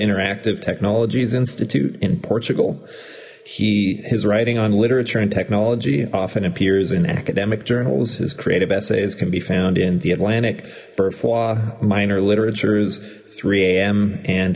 interactive technologies institute in portugal he is writing on literature and technology often appears in academic journals his creative essays can be found in the atlantic barrois minor literature's three a m and